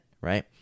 right